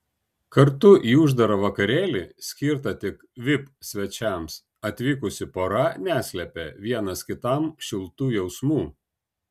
kartu į uždarą vakarėlį skirtą tik vip svečiams atvykusi pora neslėpė vienas kitam šiltų jausmų